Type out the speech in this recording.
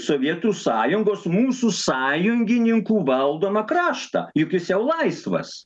sovietų sąjungos mūsų sąjungininkų valdomą kraštą juk jis jau laisvas